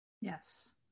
Yes